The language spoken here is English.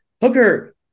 Hooker